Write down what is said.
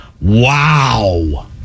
Wow